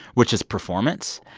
which is performance.